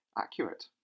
accurate